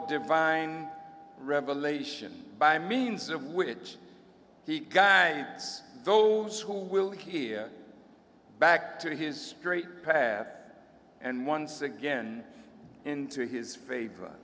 divine revelation by means of which he guided those who will hear back to his straight path and once again into his favor